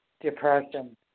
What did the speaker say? depression